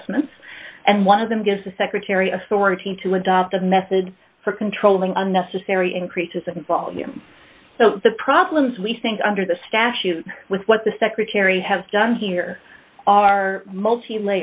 adjustments and one of them gives the secretary a former team to adopt a method for controlling unnecessary increases and volume so the problems we think under the statute with what the secretary has done here are multi